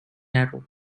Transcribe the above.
arrow